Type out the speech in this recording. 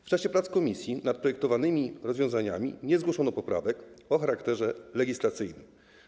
W czasie prac komisji nad projektowanymi rozwiązaniami nie zgłoszono poprawek o charakterze legislacyjnym.